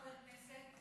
כבוד חבר הכנסת,